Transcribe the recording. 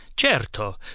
Certo